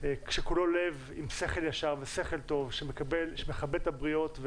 שכולו לב, עם שכל ישר ושכל טוב שמכבד את הבריות.